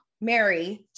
Mary